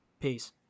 Peace